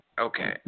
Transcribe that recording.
Okay